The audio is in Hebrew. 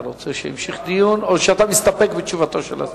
אתה רוצה המשך דיון או שאתה מסתפק בתשובתו של השר?